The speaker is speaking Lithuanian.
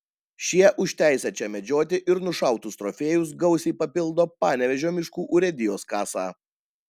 šie už teisę čia medžioti ir nušautus trofėjus gausiai papildo panevėžio miškų urėdijos kasą